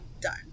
done